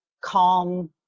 calm